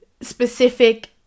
specific